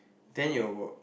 then it will work